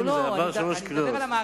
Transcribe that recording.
זה עבר שלוש קריאות.